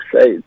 say